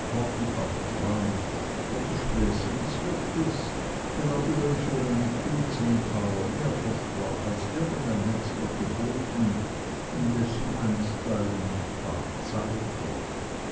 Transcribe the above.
oder späße des wirtes wenn er uli für eine kuh zehn taler mehr versprach als irgend ein metzger geboten indessen einstweilen nicht bar zahlte